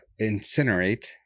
Incinerate